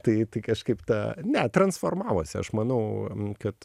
tai tai kažkaip ta ne transformavosi aš manau kad